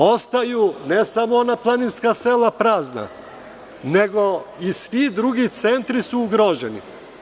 Ostaju ne samo ona planinska sela prazna, nego i svi drugi centri su ugroženi.